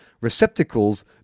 receptacles